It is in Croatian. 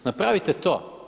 Napravite to.